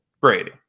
Brady